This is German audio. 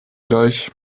gleich